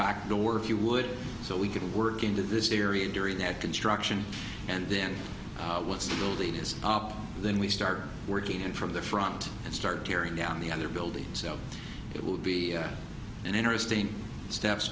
back door if you would so we can work into this area during that construction and then once the lead is up then we start working in from the front and start tearing down the other building so it will be an interesting steps